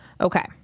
Okay